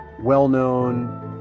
well-known